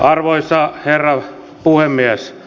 arvoisa herra puhemies